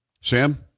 Sam